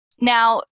Now